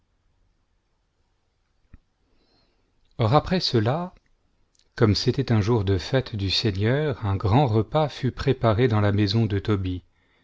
après cela comme c'était un jour de fête du seigneur un grand repas fut préparé dans la maison de tobie